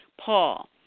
Paul